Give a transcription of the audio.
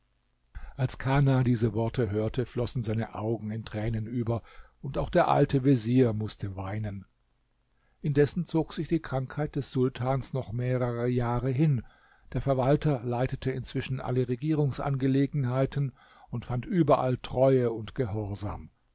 als kana diese worte hörte flossen seine augen in tränen über und auch der alte vezier mußte weinen indessen zog sich die krankheit des sultans noch mehrere jahre hin der verwalter leitete inzwischen alle regierungsangelegenheiten und fand überall treue und gehorsam